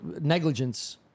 negligence